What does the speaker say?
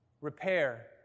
repair